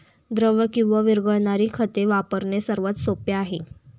द्रव किंवा विरघळणारी खते वापरणे सर्वात सोपे आहे